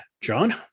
John